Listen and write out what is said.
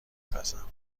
پزم